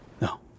No